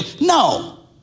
No